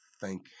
thank